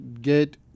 get